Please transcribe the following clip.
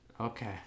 Okay